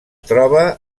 troba